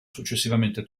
successivamente